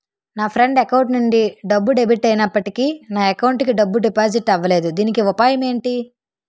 నా friend account నుండి డబ్బు డెబిట్ అయినప్పటికీ నా అకౌంట్ కి డబ్బు డిపాజిట్ అవ్వలేదుదీనికి ఉపాయం ఎంటి?